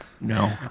No